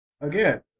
Again